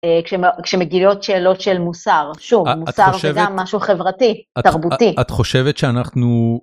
כשמגיעות שאלות של מוסר, שוב מוסר זה גם משהו חברתי, תרבותי. את חושבת שאנחנו...